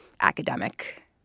academic